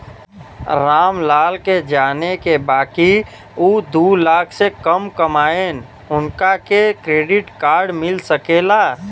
राम लाल के जाने के बा की ऊ दूलाख से कम कमायेन उनका के क्रेडिट कार्ड मिल सके ला?